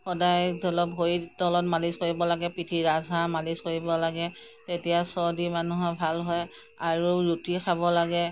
সদায় ধৰি লওক ভৰিৰ তলত মালিচ কৰিব লাগে পিঠি ৰাজহাড় মালিচ মাৰিব লাগে তেতিয়া চৰ্দি মানুহৰ ভাল হয় আৰু ৰুটি খাব লাগে